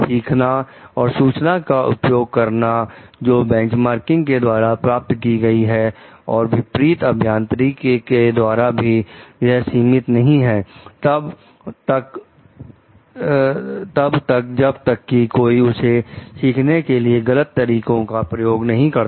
सीखना और सूचना का उपयोग करना जो बेंचमार्किंग के द्वारा प्राप्त की गई है और विपरीत अभियांत्रिकी के द्वारा भी वह सीमित नहीं है तब तक जब तक की कोई उसे सीखने के लिए गलत तरीकों का प्रयोग नहीं करता